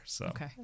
Okay